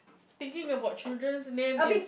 thinking about children's names is